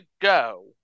go